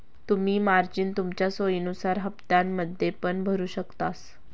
तुम्ही मार्जिन तुमच्या सोयीनुसार हप्त्त्यांमध्ये पण भरु शकतास